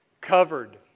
covered